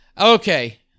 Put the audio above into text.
Okay